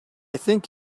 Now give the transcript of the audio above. think